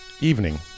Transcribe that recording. evening